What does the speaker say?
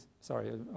Sorry